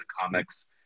comics